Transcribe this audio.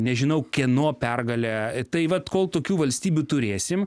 nežinau kieno pergalę tai vat kol tokių valstybių turėsim